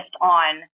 on